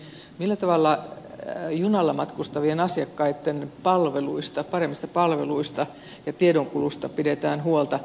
millä tavalla junalla matkustavien asiakkaitten paremmista palveluista ja tiedonkulusta pidetään huolta